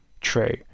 true